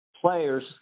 players